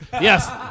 Yes